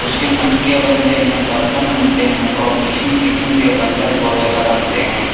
اس کے مٹکے بنتے ہیں برتن بنتے ہیں اور قسم قسم کے گلّک وغیرہ بنتے ہیں